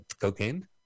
Cocaine